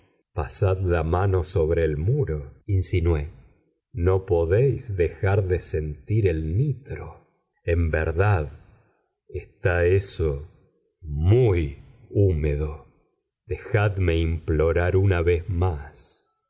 pasad la mano sobre el muro insinué no podéis dejar de sentir el nitro en verdad está eso muy húmedo dejadme implorar una vez más